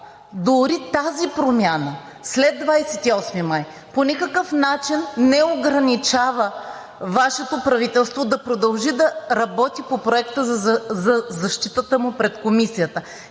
дори тази промяна, след 28 май по никакъв начин не ограничава Вашето правителство да продължи да работи по Проекта за защитата му пред Комисията.